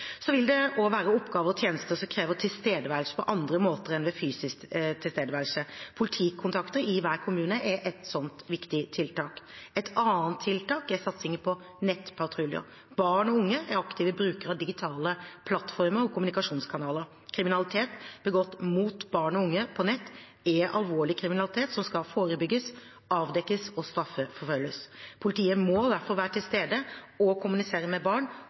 Så vil det også være oppgaver og tjenester som krever tilstedeværelse på andre måter enn ved fysisk tilstedeværelse. Politikontakter i hver kommune er et slikt viktig tiltak. Et annet tiltak er satsingen på nettpatruljer. Barn og unge er aktive brukere av digitale plattformer og kommunikasjonskanaler. Kriminalitet begått mot barn og unge på nett er alvorlig kriminalitet som skal forebygges, avdekkes og straffeforfølges. Politiet må derfor være til stede og kommunisere med barn